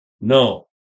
No